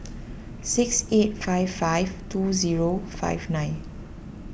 six eight five five two zero five nine